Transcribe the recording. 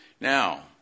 Now